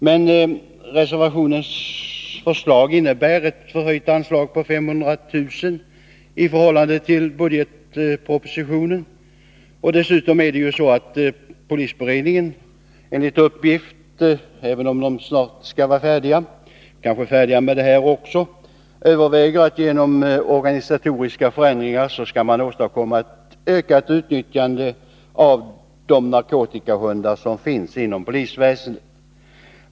Men reservationens förslag innebär ett förhöjt anslag på 500 000 kr. i förhållande till budgetpropositionen. Dessutom är det ju så att polisberedningen enligt uppgift, även om den 41 snart skall vara färdig med sitt arbete, överväger att genom organisatoriska förändringar åstadkomma ett ökat utnyttjande av de narkotikahundar som finns inom polisväsendet.